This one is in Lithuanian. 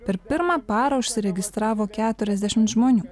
per pirmą parą užsiregistravo keturiasdešimt žmonių